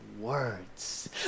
words